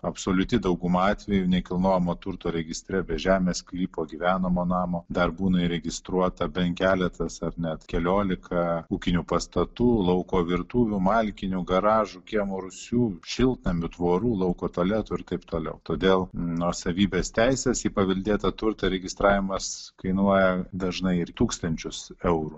absoliuti dauguma atvejų nekilnojamo turto registre be žemės sklypo gyvenamo namo dar būna įregistruota bent keletas ar net keliolika ūkinių pastatų lauko virtuvių malkinių garažų kiemo rūsių šiltnamių tvorų lauko tualetų ir taip toliau todėl nuosavybės teises į paveldėtą turtą registravimas kainuoja dažnai ir tūkstančius eurų